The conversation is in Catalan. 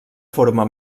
forma